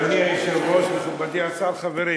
אדוני היושב-ראש, מכובדי השר, חברים,